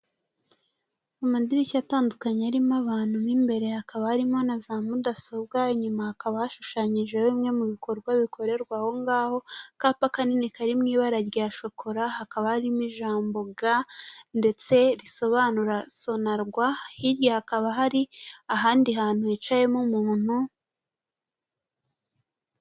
Amadirishya atandukanye arimo abantu mo imbere hakaba harimo na za mudasobwa, inyuma hakaba hashushanyije bimwe mu bikorwa bikorerwa aho ngaho, akapa kanini kari mu ibara rya shokora, hakaba harimo ijambo g ndetse risobanura sonarwa, hirya hakaba hari ahandi hantu hicayemo umuntu.